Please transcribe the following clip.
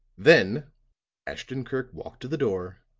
then ashton-kirk walked to the door,